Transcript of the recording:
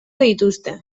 dituzte